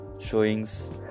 showings